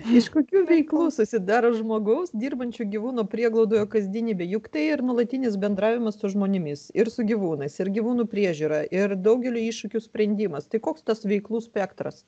iš kokių veiklų susidaro žmogaus dirbančio gyvūnų prieglaudoje kasdienybė juk tai ir nuolatinis bendravimas su žmonėmis ir su gyvūnais ir gyvūnų priežiūra ir daugelio iššūkių sprendimas tai koks tas veiklų spektras